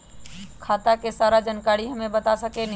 खाता के सारा जानकारी हमे बता सकेनी?